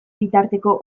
bitarteko